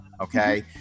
okay